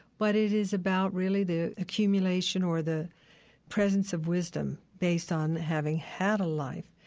but it is about, really, the accumulation or the presence of wisdom based on having had a life,